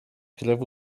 krew